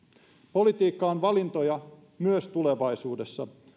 politiikka on valintoja myös tulevaisuudessa